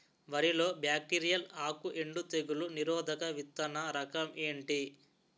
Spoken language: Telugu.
వరి లో బ్యాక్టీరియల్ ఆకు ఎండు తెగులు నిరోధక విత్తన రకం ఏంటి?